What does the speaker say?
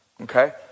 okay